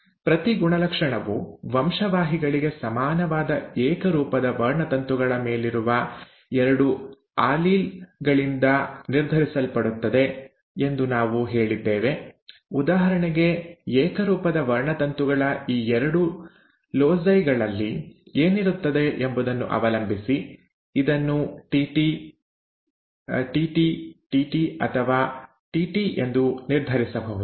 ಪ್ರತಿ ಗುಣಲಕ್ಷಣವು ವಂಶವಾಹಿಗಳಿಗೆ ಸಮಾನವಾದ ಏಕರೂಪದ ವರ್ಣತಂತುಗಳ ಮೇಳಿರುವ ಎರಡು ಆಲೀಲ್ ಗಳಿಂದ ನಿರ್ಧರಿಸಲ್ಪಡುತ್ತದೆ ಎಂದು ನಾವು ಹೇಳಿದ್ದೇವೆ ಉದಾಹರಣೆಗೆ ಏಕರೂಪದ ವರ್ಣತಂತುಗಳ ಈ ಎರಡು ಲೊಸೈ ಗಳಲ್ಲಿ ಏನಿರುತ್ತದೆ ಎಂಬುದನ್ನು ಅವಲಂಬಿಸಿ ಇದನ್ನು TT Tt tT ಅಥವಾ ttಯಿಂದ ನಿರ್ಧರಿಸಬಹುದು